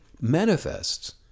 manifests